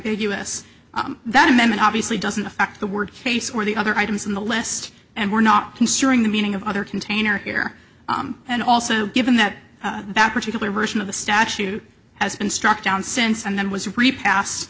ambiguous that amendment obviously doesn't affect the word case or the other items in the list and we're not considering the meaning of other container here and also given that that particular version of the statute has been struck down since and then was repass